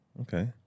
okay